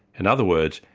in other words,